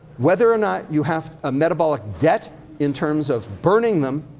whether or not you have a metabolic debt in terms of burning them,